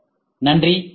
மிக்க நன்றி